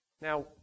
Now